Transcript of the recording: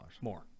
More